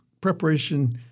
preparation